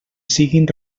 siguin